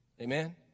Amen